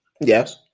Yes